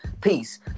Peace